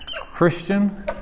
Christian